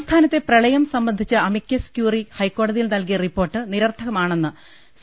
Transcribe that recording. സംസ്ഥാനത്തെ പ്രളയം സംബന്ധിച്ച് അമിക്കസ് ക്യൂറി ഹൈക്കോടതിയിൽ നൽകിയ റിപ്പോർട്ട് നിരർത്ഥകമാണെന്ന് സി